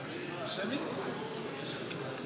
בגלל שאמרתי: זאת הסכנה למדינת ישראל,